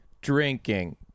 drinking